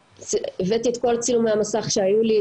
הבאתי את כל צילומי המסך שהיו לי,